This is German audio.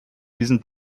diesen